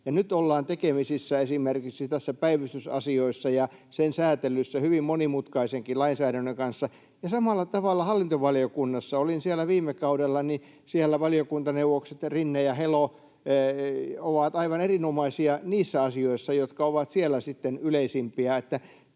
Nyt esimerkiksi päivystysasioissa ja sen säätelyssä ollaan tekemisissä hyvin monimutkaisenkin lainsäädännön kanssa. Ja samalla tavalla hallintovaliokunnassa — olin siellä viime kaudella — valiokuntaneuvokset Rinne ja Helo ovat aivan erinomaisia niissä asioissa, jotka ovat siellä sitten yleisimpiä.